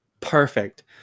perfect